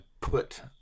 put